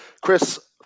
Chris